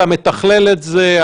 אתה מתכלל את זה?